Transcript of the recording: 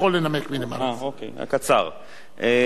הרווחה והבריאות על מנת להכינה לקריאה ראשונה.